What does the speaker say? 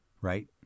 right